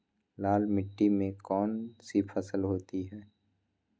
लाल मिट्टी में कौन सी फसल होती हैं?